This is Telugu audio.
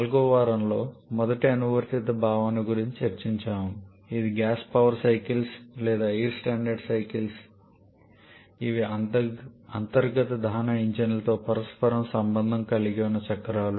4 వ వారంలో మొదటి అనువర్తిత భావన గురించి చర్చించాము ఇది గ్యాస్ పవర్ సైకిల్స్ లేదా ఎయిర్ స్టాండర్డ్ సైకిల్స్ ఇవి అంతర్గత దహన ఇంజిన్లతో పరస్పరం సంబంధం కలిగి ఉన్న చక్రాలు